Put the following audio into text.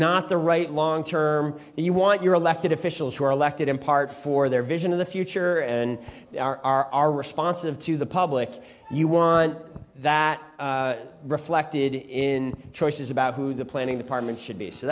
not the right long term you want your elected officials who are elected in part for their vision of the future and our are respond sort of to the public you want that reflected in choices about who the planning department should be so